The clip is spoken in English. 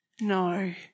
No